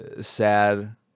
sad